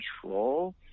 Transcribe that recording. control